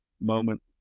moment